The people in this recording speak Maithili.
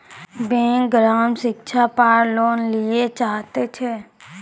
बैंक ग्राहक शिक्षा पार लोन लियेल चाहे ते?